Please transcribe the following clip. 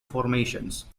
formations